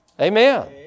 Amen